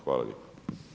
Hvala lijepa.